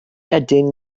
ydyn